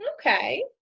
Okay